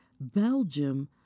Belgium